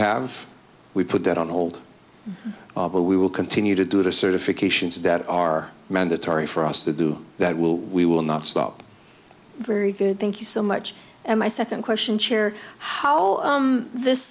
have we put that on hold but we will continue to do the certifications that are mandatory for us to do that will we will not stop very good thank you so much and my second question chair how this